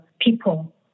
people